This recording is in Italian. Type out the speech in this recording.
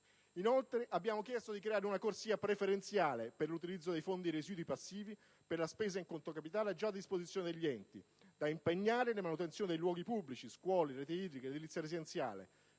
Inoltre, abbiamo chiesto di creare una corsia preferenziale per l'utilizzo dei fondi residui passivi per la spesa in conto capitale, già a disposizione degli enti, da impegnare nella manutenzione dei luoghi pubblici (scuole, reti idriche, edilizia residenziale